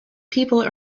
people